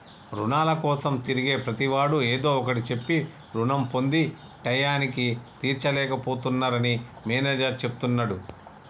రుణాల కోసం తిరిగే ప్రతివాడు ఏదో ఒకటి చెప్పి రుణం పొంది టైయ్యానికి తీర్చలేక పోతున్నరని మేనేజర్ చెప్తున్నడు